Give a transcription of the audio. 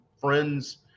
friends